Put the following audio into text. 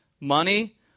Money